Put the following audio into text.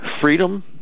freedom